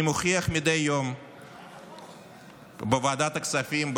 אני מוכיח מדי יום בוועדת הכספים,